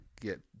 get